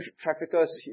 traffickers